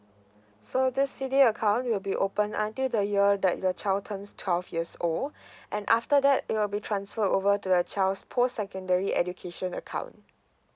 so this C D A account will be open until the year that your child turns twelve years old and after that it will be transfer over to the child's post secondary education account